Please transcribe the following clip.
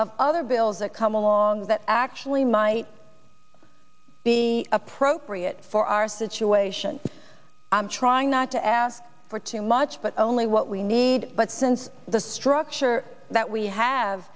of other bills that come along that actually might be appropriate for our situation i'm trying not to ask for too much but only what we need but since the structure that we have